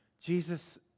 Jesus